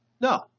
No